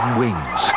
wings